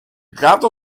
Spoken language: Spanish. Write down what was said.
gato